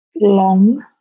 long